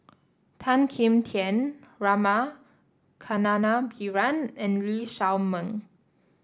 Tan Kim Tian Rama Kannabiran and Lee Shao Meng